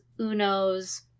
Uno's